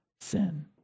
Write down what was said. sin